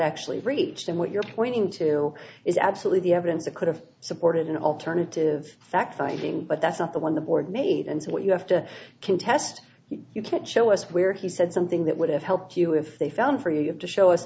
actually reached and what you're pointing to is absolutely the evidence that could have supported an alternative fact finding but that's not the one the board made and so what you have to contest you can't show us where he said something that would have helped you if they found for you you have to show us